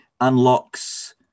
unlocks